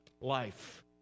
life